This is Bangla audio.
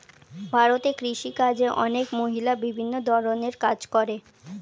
ভারতে কৃষিকাজে অনেক মহিলা বিভিন্ন ধরণের কাজ করে